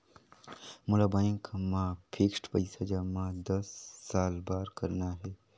मोला बैंक मा फिक्स्ड पइसा जमा दस साल बार करना हे?